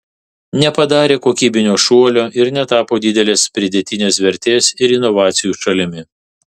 nepadarė kokybinio šuolio ir netapo didelės pridėtinės vertės ir inovacijų šalimi